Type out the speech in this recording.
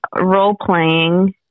role-playing